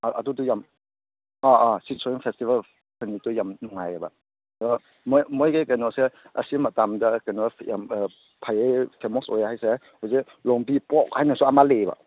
ꯑꯥ ꯑꯗꯨꯗꯨ ꯌꯥꯝ ꯑꯥ ꯑꯥ ꯁꯤꯗ ꯁꯣꯋꯤꯡ ꯐꯦꯁꯇꯤꯕꯦꯜ ꯑꯗꯨ ꯅꯨꯃꯤꯠꯇꯣ ꯌꯥꯝ ꯅꯨꯡꯉꯥꯏꯌꯦꯕ ꯑꯗꯣ ꯃꯣꯏꯒꯤ ꯀꯩꯅꯣꯁꯦ ꯑꯁꯤ ꯃꯇꯝꯗ ꯀꯩꯅꯣ ꯌꯥꯝ ꯐꯩꯌꯦ ꯐꯦꯃꯣꯁ ꯑꯣꯏ ꯍꯥꯏꯁꯦ ꯍꯧꯖꯤꯛ ꯂꯣꯡꯕꯤꯄꯣꯛ ꯍꯥꯏꯅꯁꯨ ꯑꯃ ꯂꯩꯌꯦꯕ